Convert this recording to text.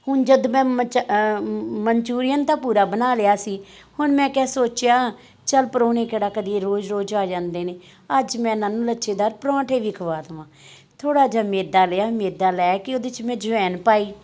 ਹੁਣ ਜਦ ਮੈਂ ਮਚਾ ਮਨਚੂਰੀਅਨ ਤਾਂ ਪੂਰਾ ਬਣਾ ਲਿਆ ਸੀ ਹੁਣ ਮੈਂ ਕਿਆ ਸੋਚਿਆ ਚੱਲ ਪ੍ਰਾਹੁਣੇ ਕਿਹੜਾ ਕਦੇ ਰੋਜ਼ ਰੋਜ਼ ਆ ਜਾਂਦੇ ਨੇ ਅੱਜ ਮੈਂ ਇਹਨਾਂ ਨੂੰ ਲੱਛੇਦਾਰ ਪਰੌਂਠੇ ਵੀ ਖਵਾ ਦਵਾਂ ਥੋੜ੍ਹਾ ਜਿਹਾ ਮੈਦਾ ਲਿਆ ਮੈਦਾ ਲੈ ਕੇ ਉਹਦੇ 'ਚ ਮੈਂ ਅਜਵਾਇਣ ਪਾਈ